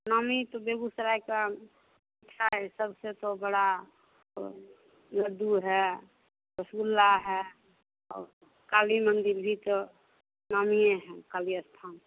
हमें तो बेगूसराय का अच्छा है सबसे तो बड़ा लड्डू है रसगुल्ला और काली मंदिर भी तो नामी है काली स्थान